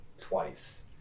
twice